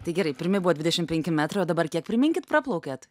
tai gerai pirmi buvo dvidešim penki metrai o dabar kiek priminkit praplaukiat